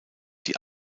die